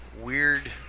weird